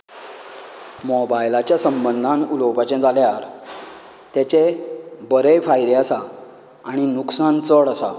मोबायलाच्या संबंदान उलोवपाचे जाल्यार तेचे बरेंय फायदे आसात आनी लुकसाण चड आसा